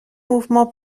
mouvements